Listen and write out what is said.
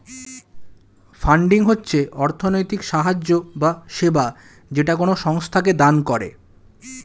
funding হচ্ছে অর্থনৈতিক সাহায্য বা সেবা যেটা কোনো সংস্থাকে দান করে